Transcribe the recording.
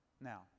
Now